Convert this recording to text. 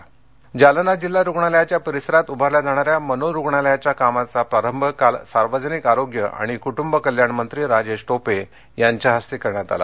जालना जालना जिल्हा रुग्णालयाच्या परिसरात उभारल्या जाणाऱ्या मनोरुग्णालयाच्या कामाचा प्रारंभ काल सार्वजनिक आरोग्य आणि कुटुंब कल्याण मंत्री राजेश टोपे यांच्या हस्ते करण्यात आला